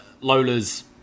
Lola's